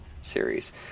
series